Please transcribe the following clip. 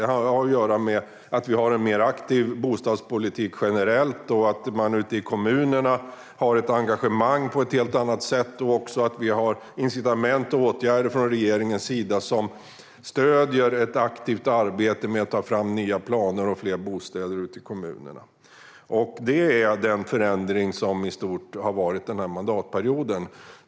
Det har att göra med att vi har en mer aktiv bostadspolitik generellt, att man ute i kommunerna har ett engagemang på ett helt annat sätt samt att vi har incitament och åtgärder från regeringens sida som stöder ett aktivt arbete med att ta fram nya planer och fler bostäder ute i kommunerna. Detta är i stort den förändring som har skett under denna mandatperiod.